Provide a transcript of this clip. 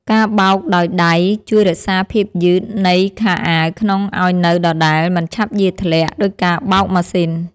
ការបោកដោយដៃជួយរក្សាភាពយឺតនៃខោអាវក្នុងឱ្យនៅដដែលមិនឆាប់យារធ្លាក់ដូចការបោកម៉ាស៊ីន។